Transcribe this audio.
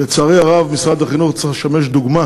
לצערי הרב, משרד החינוך צריך לשמש דוגמה